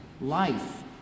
life